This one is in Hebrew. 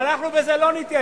אבל אנחנו בזה לא נתייאש.